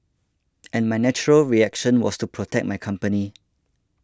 and my natural reaction was to protect my company